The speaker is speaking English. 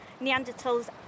Neanderthals